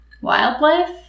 Wildlife